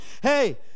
hey